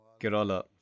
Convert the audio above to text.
Kerala